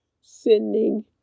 sending